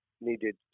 needed